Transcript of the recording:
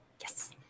Yes